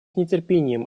нетерпением